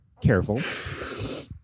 Careful